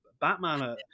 Batman